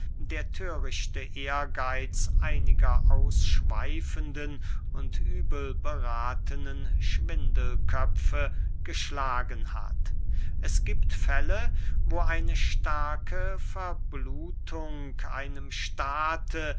der thörichte ehrgeitz einiger ausschweifenden und übelberathenen schwindelköpfe geschlagen hat es giebt fälle wo eine starke verblutung einem staate